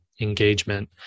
engagement